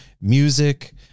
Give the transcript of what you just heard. music